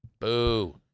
Boo